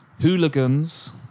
hooligans